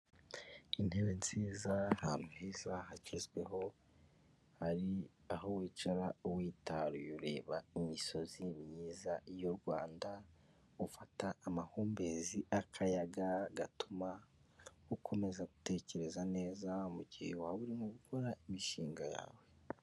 Intebe nziza, ahantu heza hagezweho hari aho wicara witaruye jureba imisozi myiza y'u Rwanda ufata amahumbezi, akayaga gatuma ukomeza gutekereza neza mu gihe waba urimo gukora imishinga yawe.